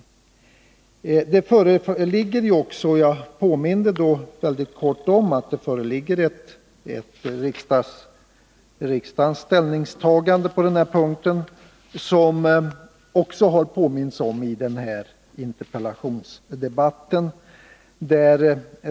Jag påminde då kort om att det på denna punkt föreligger ett ställningstagande från riksdagen. Det har också tagits upp i denna interpellationsdebatt.